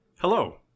Hello